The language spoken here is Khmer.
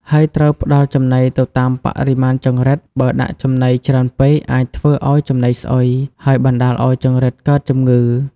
ហើយត្រូវផ្តល់ចំណីទៅតាមបរិមាណចង្រិត បើដាក់ចំណីច្រើនពេក អាចធ្វើឲ្យចំណីស្អុយ ហើយបណ្តាលឲ្យចង្រិតកើតជំងឺ។